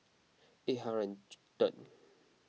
eight hundred third